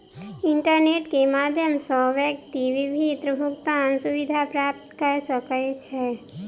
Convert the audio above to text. internet के माध्यम सॅ व्यक्ति विभिन्न भुगतान सुविधा प्राप्त कय सकै छै